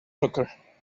soccer